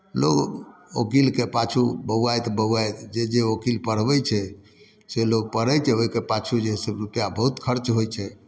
लोक ओकीलके पाछू बौआइत बौआइत जे जे ओकील पढ़बै छै से लोक पढ़ै छै ओहिके पाछू जे हइ से रुपैआ बहुत खर्च होइ छै